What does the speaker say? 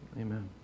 amen